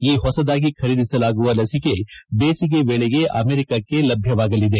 ಈ ಹೊಸದಾಗಿ ಖರೀದಿಸಲಾಗುವ ಲಸಿಕೆ ಬೇಸಿಗೆ ವೇಳೆಗೆ ಅಮೆರಿಕಕ್ಕೆ ಲಭ್ಯವಾಗಲಿದೆ